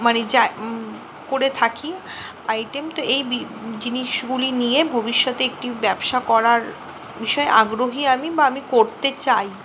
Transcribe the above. মানে যা করে থাকি আইটেম তো এই বি জিনিসগুলি নিয়ে ভবিষ্যতে একটি ব্যবসা করার বিষয়ে আগ্রহী আমি বা আমি করতে চাই